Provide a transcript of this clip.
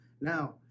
Now